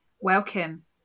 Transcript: welcome